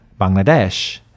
Bangladesh